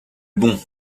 bon